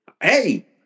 hey